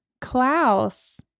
Klaus